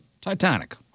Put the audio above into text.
Titanic